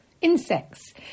Insects